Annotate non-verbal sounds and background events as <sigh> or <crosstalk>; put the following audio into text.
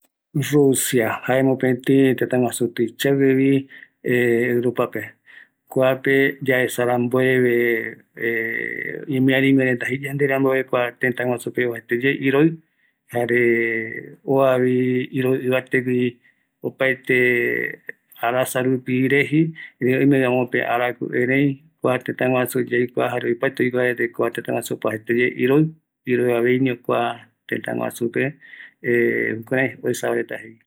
Rusia jae mopeti tetaguasi tuisaguevi <hesitation> europape, kuape yaesa rambueve <hesitation> imiariguireta jei yanderambove kua teta guasu pe uajaeteye iroi, jare uavi iroi ivategui opaete arasarupi reji, oime amope araku erei kua tetaguasu yaikua jare opaete oikua kua tetaguasu oikua uajaete yae iroi, iroi aveño kua teta guasu pe <hesitation> jukurei uesaretava jei.